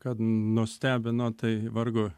kad nustebino tai vargu